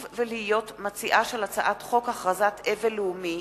ולהיות מציעה של הצעת חוק הכרזת אבל לאומי,